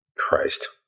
Christ